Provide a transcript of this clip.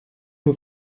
nur